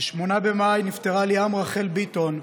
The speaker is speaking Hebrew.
ב-8 במאי נפטרה ליאם רחל ביטון,